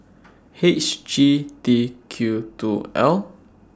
H G T Q two L